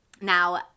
Now